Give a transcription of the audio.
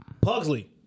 Pugsley